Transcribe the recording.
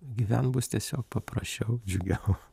gyvent bus tiesiog paprasčiau džiugiau